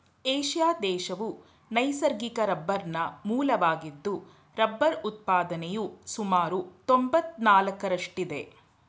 Asia ದೇಶವು ನೈಸರ್ಗಿಕ ರಬ್ಬರ್ನ ಮೂಲವಾಗಿದ್ದು ರಬ್ಬರ್ ಉತ್ಪಾದನೆಯು ಸುಮಾರು ತೊಂಬತ್ನಾಲ್ಕರಷ್ಟಿದೆ